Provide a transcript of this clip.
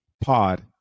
Pod